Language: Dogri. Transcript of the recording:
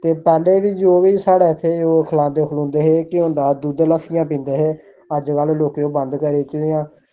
ते पैह्लें बी जो बी साढ़ै इत्थें खलांदे खलूंदे हे केह् होंदा हा दुद्ध लस्सियां पींदे हे अज्जकल लोकें बंद करी दित्ते दा ऐ